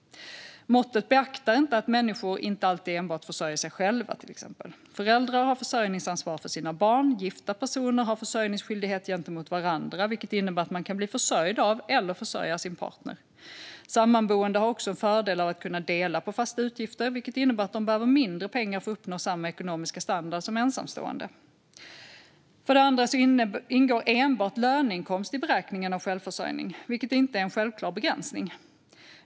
Måttet beaktar till exempel inte att människor inte alltid enbart försörjer sig själva. Föräldrar har försörjningsansvar för sina barn, och gifta personer har försörjningsskyldighet gentemot varandra, vilket innebär att man kan bli försörjd av eller försörja sin partner. Sammanboende har också en fördel av att kunna dela på fasta utgifter, vilket innebär att de behöver mindre pengar för att uppnå samma ekonomiska standard som ensamstående. För det andra ingår enbart löneinkomst i beräkningen av självförsörjning, vilket inte är en självklar begränsning.